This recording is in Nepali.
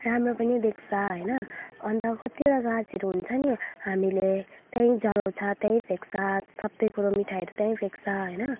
राम्रो पनि देख्छ होइन अन्त कतिवटा गाछहरू हुन्छ नि हामीले त्यहीँ जलाउँछ त्यहीँ फ्याँक्छ सबै कुरो मिठाहरू त्यहीँ फ्याँक्छ होइन